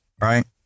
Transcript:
Right